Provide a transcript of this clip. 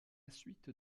suite